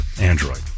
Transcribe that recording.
Android